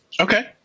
okay